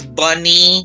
bunny